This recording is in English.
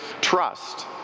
trust